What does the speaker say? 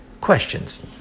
Questions